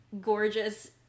gorgeous